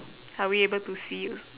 are we able to see